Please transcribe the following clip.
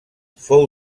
fou